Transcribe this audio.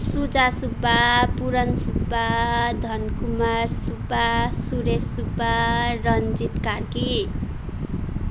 Shuja Subba Puran Subba Dhankumar Subba Suresh Subba Ranjit Karki